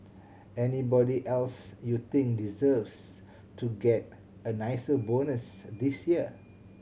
anybody else you think deserves to get a nicer bonus this year